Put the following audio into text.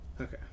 Okay